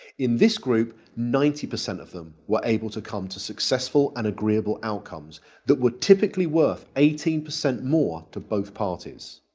in this group ninety percent of them were able to come to successful and agreeable outcomes that were typically worth eighteen percent more to both parties.